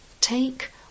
take